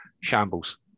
Shambles